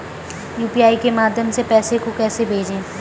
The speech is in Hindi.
यू.पी.आई के माध्यम से पैसे को कैसे भेजें?